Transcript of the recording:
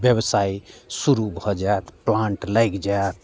व्यवसाय शुरू भऽ जाएत प्लान्ट लागि जायत